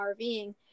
RVing